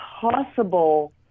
possible